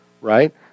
Right